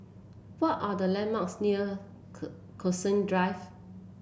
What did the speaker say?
what are the landmarks near Cactus Drive